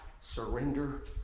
surrender